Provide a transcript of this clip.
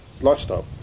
lifestyle